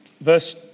verse